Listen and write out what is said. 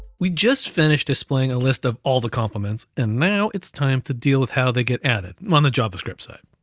we just finished displaying a list of all the compliments, and now it's time to deal with how they get added on the javascript side.